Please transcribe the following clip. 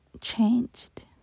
changed